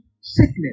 sickness